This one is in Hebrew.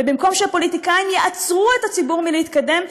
ובמקום שהפוליטיקאים יעצרו את הציבור מלהתקדם,